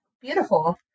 Beautiful